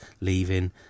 leaving